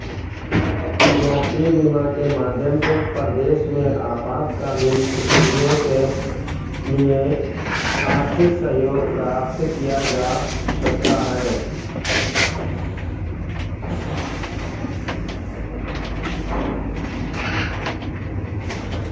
यात्री बीमा के माध्यम से परदेस में आपातकालीन स्थितियों के लिए आर्थिक सहयोग प्राप्त किया जा सकता है